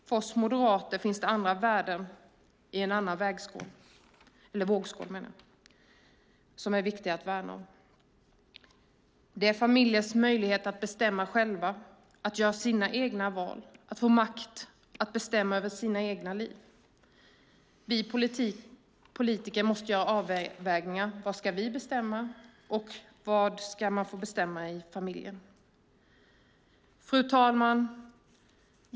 För oss moderater finns det andra värden i en annan vågskål som är viktiga att värna. Det är familjers möjligheter att bestämma själva, att göra sina egna val, att få makt att bestämma över sina egna liv. Vi politiker måste göra avvägningar: Vad ska vi bestämma, och vad ska man få bestämma i familjer? Fru talman!